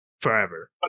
forever